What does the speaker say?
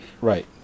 right